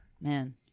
Man